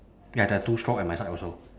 ya there are two straw at my side also